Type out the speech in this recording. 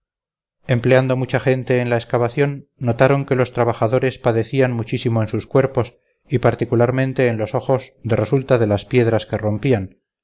empleando mucha gente en la excavación notaron que los trabajadores padecían muchísimo en sus cuerpos y particularmente en los ojos de resultas de las piedras que rompían